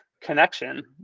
connection